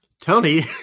Tony